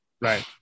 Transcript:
Right